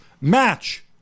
Match